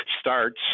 starts